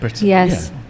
Yes